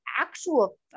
actual